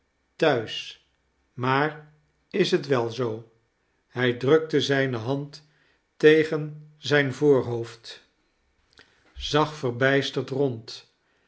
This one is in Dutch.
thuis maar is het wel zoo hij drukte zijne hand tegen zijn voorhoofd zag verbijsterd rond